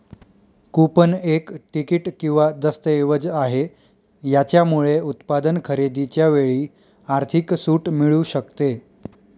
coupon एक ticket किंवा दस्तऐवज आहे, याच्यामुळे उत्पादन खरेदीच्या वेळी आर्थिक सूट मिळू शकते